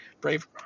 Brave